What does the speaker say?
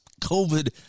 covid